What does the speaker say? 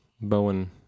Bowen